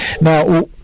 Now